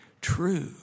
true